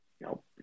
Nope